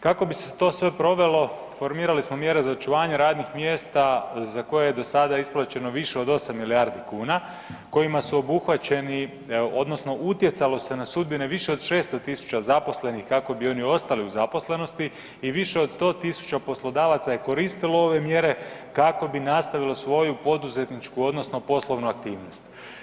Kako bi se to sve provelo, formirali smo mjere za očuvanje radnih mjesta za koje je do sada isplaćeno više od 8 milijardi kuna, kojima su obuhvaćeni odnosno utjecalo se na sudbine više od 600 000 zaposlenih kako bi oni ostali u zaposlenosti i više od 100 0000 poslodavaca je koristilo ove mjere kako bi nastavili svoju poduzetničku odnosno poslovnu aktivnost.